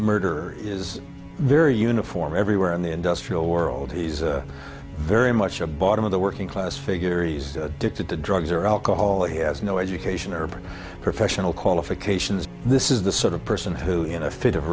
murder is very uniform everywhere in the industrial world he's very much a bottom of the working class figure he's addicted to drugs or alcohol or he has no education or professional qualifications this is the sort of person who in a